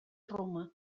roma